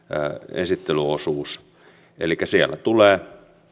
esittelyosuus elikkä siellä tulee